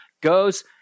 goes